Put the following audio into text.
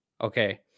okay